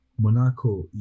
Monaco